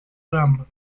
gama